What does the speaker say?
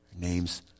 names